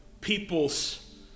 people's